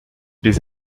les